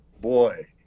boy